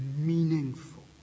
meaningful